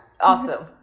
awesome